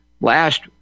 last